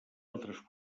altres